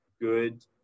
good